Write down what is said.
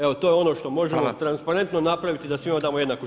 Evo to je ono što možemo transparentno napraviti da svima damo jednaku šansu.